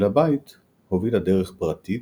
אל הבית הובילה דרך פרטית,